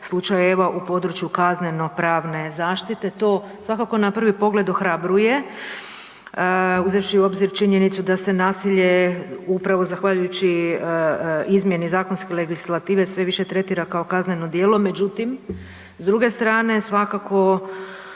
u području kazneno-pravne zaštite. To svakako na prvi pogled ohrabruje uzevši u obzir činjenicu da se nasilje upravo zahvaljujući izmjeni zakonske legislative sve više tretira kao kazneno djelo, međutim, s druge strane svakako